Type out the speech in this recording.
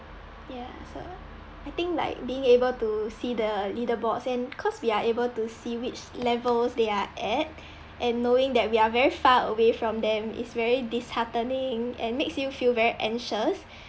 ya so I think like being able to see the leader boards and cause we are able to see which levels they are at and knowing that we are very far away from them is very disheartening and makes you feel very anxious